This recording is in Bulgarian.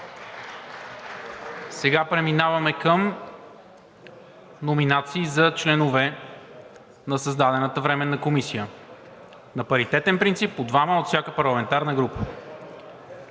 Сега преминаваме към номинации за членове на създадената временна комисия на паритетен принцип – по двама от всяка парламентарна група.